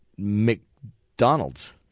mcdonald's